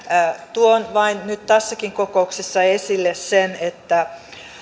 tuon vain nyt tässäkin kokouksessa esille sen että